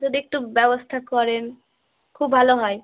যদি একটু ব্যবস্থা করেন খুব ভালো হয়